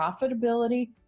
Profitability